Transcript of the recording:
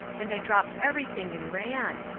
and i dropped everything and ran!